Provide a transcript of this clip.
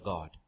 God